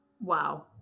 Wow